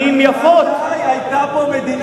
מתי היתה פה מדינה ערבית?